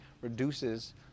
reduces